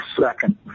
second